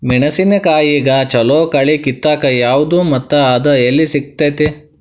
ಮೆಣಸಿನಕಾಯಿಗ ಛಲೋ ಕಳಿ ಕಿತ್ತಾಕ್ ಯಾವ್ದು ಮತ್ತ ಅದ ಎಲ್ಲಿ ಸಿಗ್ತೆತಿ?